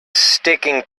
sticking